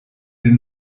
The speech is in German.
den